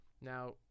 Now